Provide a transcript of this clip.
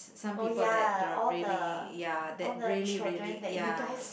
s~ some people that are really ya that really really ya